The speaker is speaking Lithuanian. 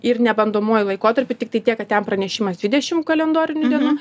ir nebandomuoju laikotarpiu tiktai tiek kad ten pranešimas dvidešim kalendorinių dienų